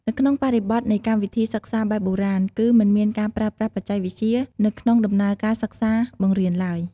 នៅក្នុងបរិបទនៃកម្មវិធីសិក្សាបែបបុរាណ គឺ មិនមានការប្រើប្រាស់បច្ចេកវិទ្យា នៅក្នុងដំណើរការសិក្សាបង្រៀនឡើយ។